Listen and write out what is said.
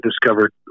discovered